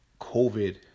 COVID